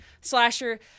slasher